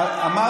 למה לא מכבד?